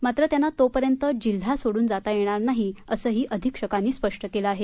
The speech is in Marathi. मात्र त्यांना तोपर्यंत जिल्हा सोडून जाता येणार नाही असंही अधीक्षकांनी स्पष्ट केलं आहे